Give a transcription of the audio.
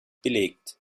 belegt